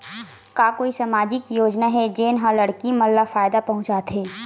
का कोई समाजिक योजना हे, जेन हा लड़की मन ला फायदा पहुंचाथे?